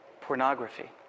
Pornography